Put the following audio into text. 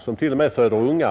som till och med föder ungar.